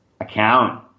account